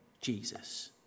Jesus